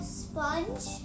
sponge